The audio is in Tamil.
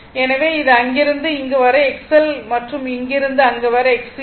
எனவே இது அங்கிருந்து இங்கு வரை XL மற்றும் இங்கிருந்து அங்கு வரை XC ஆகும்